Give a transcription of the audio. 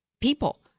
people